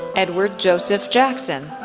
edward joseph jackson,